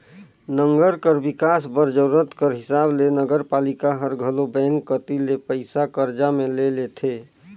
नंगर कर बिकास बर जरूरत कर हिसाब ले नगरपालिका हर घलो बेंक कती ले पइसा करजा में ले लेथे